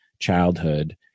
childhood